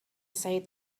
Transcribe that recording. said